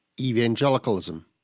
Evangelicalism